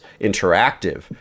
interactive